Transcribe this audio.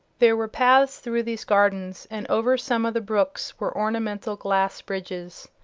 there were paths through these gardens, and over some of the brooks were ornamental glass bridges.